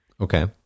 Okay